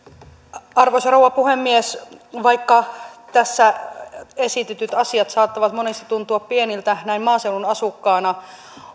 arvoisa rouva puhemies vaikka tässä esitetyt asiat saattavat monista tuntua pieniltä näin maaseudun asukkaana